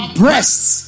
breasts